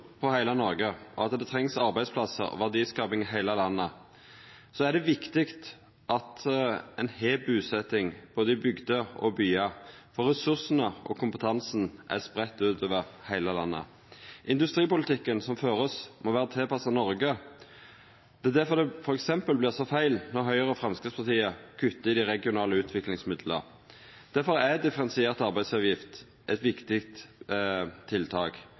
på heile Noreg, at det trengst arbeidsplassar og verdiskaping i heile landet, er det viktig at ein har busetnad i både bygder og byar. For ressursane og kompetansen er spreidde utover heile landet. Industripolitikken som ein fører, må vera tilpassa Noreg. Det er difor det f.eks. vert så feil når Høgre og Framstegspartiet kuttar i dei regionale utviklingsmidla. Difor er differensiert arbeidsgjevaravgift eit viktig tiltak.